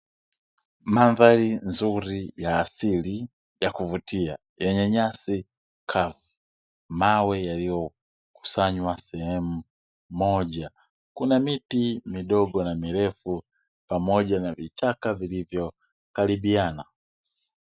Mandhari nzuri ya asili ya kuvutia yenye nyasi kavu, mawe yaliyokusanywa sehemu moja kuna miti midogo na mirefu pamoja na vichaka vilivyokaribiana.